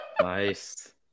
Nice